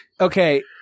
Okay